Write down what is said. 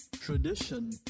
Tradition